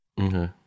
Okay